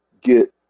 get